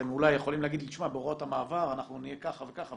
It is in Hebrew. אתם אולי יכולים להגיד לי בהוראות המעבר אנחנו נהיה כך וכך,